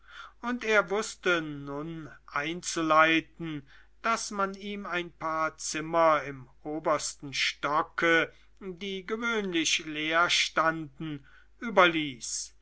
und er wußte nun einzuleiten daß man ihm ein paar zimmer im obersten stocke die gewöhnlich leer standen überließ